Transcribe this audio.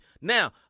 Now